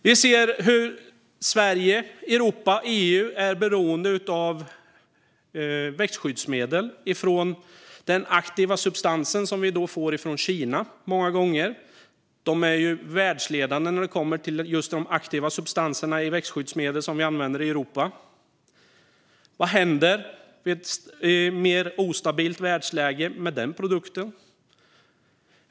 Vi ser hur Sverige, Europa och EU är beroende av växtskyddsmedel från den aktiva substansen vi många gånger får från Kina. Det är världsledande när det kommer till det aktiva substanserna i växtskyddsmedel som vi använder i Europa. Vad händer vid ett mer ostabilt världsläge med den produkten?